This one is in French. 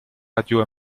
radio